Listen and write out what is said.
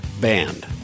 band